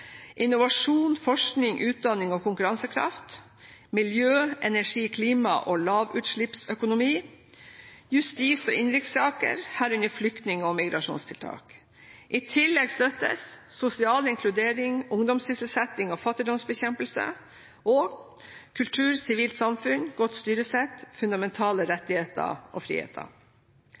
innovasjon, forskning, utdanning og konkurransekraft miljø, energi, klima og lavutslippsøkonomi justis- og innenrikssaker, herunder flyktning- og migrasjonstiltak I tillegg støttes: sosial inkludering, ungdomssysselsetting og fattigdomsbekjempelse kultur, sivilt samfunn, godt styresett, fundamentale rettigheter og friheter